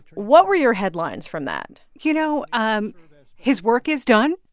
what were your headlines from that? you know, um his work is done.